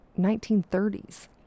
1930s